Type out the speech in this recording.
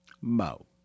Mo